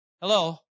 Hello